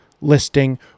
listing